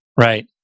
Right